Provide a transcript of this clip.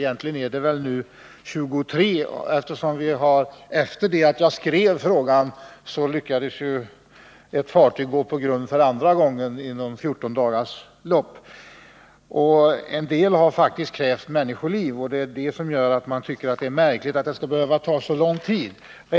Egentligen är det nu 23 grundstötningar, eftersom ett fartyg efter det att jag hade skrivit frågan lyckades gå på grund för andra gången inom loppet av 14 dagar. En del av dessa tillbud har faktiskt krävt människoliv. Det är därför märkligt att det skall behöva ta så lång tid innan någonting görs.